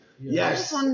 Yes